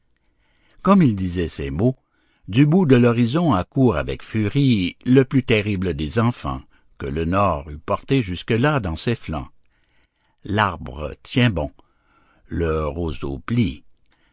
comme il disait ces mots du bout de l'horizon accourt avec furie le plus terrible des enfants que le nord eût portés jusque-là dans ses flancs l'arbre tient bon le roseau plie